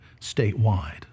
statewide